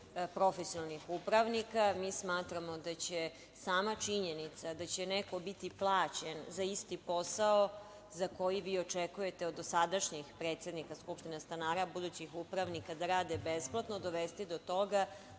profesionalnih upravnika. Mi smatramo da sama činjenica da će neko biti plaćen za isti posao za koji vi očekujete od dosadašnjih predsednika skupština stanara, budućih upravnika da rade besplatno, dovesti do toga